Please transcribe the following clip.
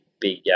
big